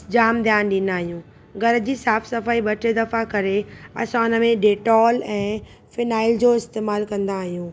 जाम ध्यानु ॾींदा आहियूं घर जी साफ़ सफ़ाई ॿ टे दफ़ा करे असां हुन में डेटॉल ऐं फ़िनाइल जो इस्तेमालु कन्दा आहियूं